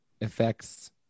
effects